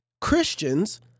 Christians